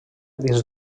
dins